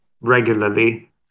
regularly